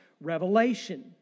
revelation